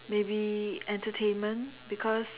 maybe entertainment because